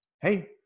Hey